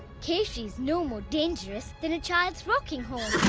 keshi is no more dangerous than a child's rocking